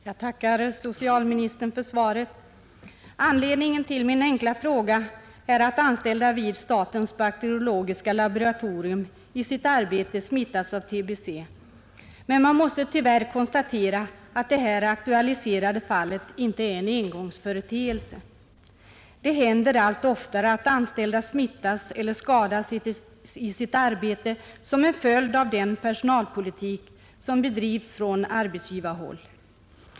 Herr talman! Jag tackar socialministern för svaret. Anledningen till min enkla fråga är att anställda vid statens bakteriologiska laboratorium har blivit smittade av tbe i sitt arbete. Tyvärr kan man konstatera att det nu aktualiserade fallet inte är någon engångsföreteelse. Det händer allt oftare att anställda smittas eller skadas i sitt arbete som en fäljd av den personalpolitik som bedrivs från arbetsgivarhåll.